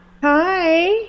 Hi